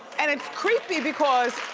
and it's creepy because,